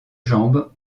jambes